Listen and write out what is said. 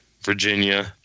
Virginia